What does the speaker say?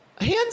hands